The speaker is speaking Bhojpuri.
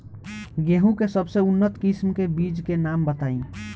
गेहूं के सबसे उन्नत किस्म के बिज के नाम बताई?